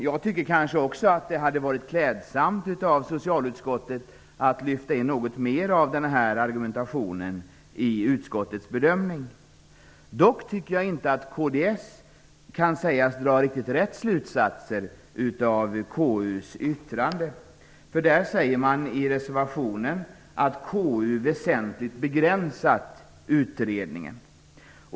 Jag tycker kanske också att det hade varit klädsamt av socialutskottet att föra in något mer av denna argumentation i sin bedömning. Dock tycker jag inte att kds kan sägas dra de riktigt rätta slutsatserna av KU:s yttrande. I reservationen sägs att KU väsentligt begränsat utredningen.